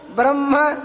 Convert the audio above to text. brahma